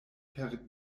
per